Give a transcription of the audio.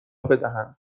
بدهند